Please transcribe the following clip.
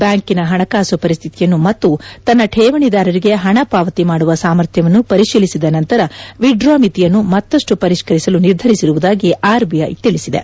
ಬ್ಲಾಂಟನ ಪಣಕಾಸು ಪರಿಸ್ಥಿತಿಯನ್ನು ಮತ್ತು ತನ್ನ ಕೇವಣಿದಾರರಿಗೆ ಪಣ ಪಾವತಿ ಮಾಡುವ ಸಾಮರ್ಥ್ಯವನ್ನು ಪರಿಶೀಲಿಸಿದ ನಂತರ ವಿತ್ ಡ್ರಾ ಮಿತಿಯನ್ನು ಮತ್ತಪ್ಪು ಪರಿಷ್ಠರಿಸಲು ನಿರ್ಧರಿಸಿರುವುದಾಗಿ ಆರ್ಬಿಐ ತಿಳಿಸಿದೆ